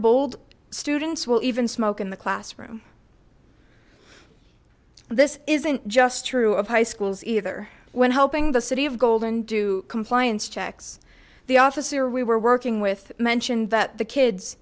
bold students will even smoke in the classroom this isn't just true of high schools either when helping the city of golden do compliance checks the officer we were working with mentioned that the kids